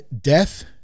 death